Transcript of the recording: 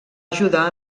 ajudar